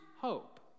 hope